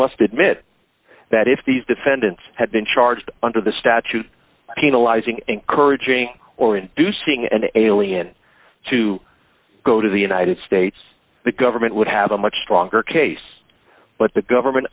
must admit that if these defendants had been charged under the statute penalizing encouraging or inducing an alien to go to the united states the government would have a much stronger case but the government